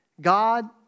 God